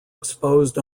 exposed